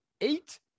eight